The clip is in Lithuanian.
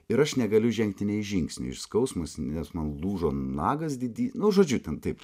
ir aš negaliu žengti nė žingsnio iš skausmas nes man lūžo nagas didy nu žodžiu ten taip